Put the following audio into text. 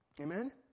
Amen